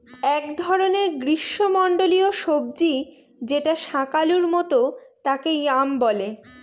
এক ধরনের গ্রীস্মমন্ডলীয় সবজি যেটা শাকালুর মত তাকে য়াম বলে